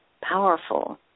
powerful